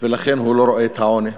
ולכן הוא לא רואה את העוני,